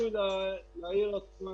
--- לעיר עצמה.